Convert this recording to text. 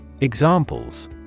Examples